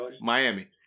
Miami